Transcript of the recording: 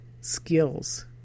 skills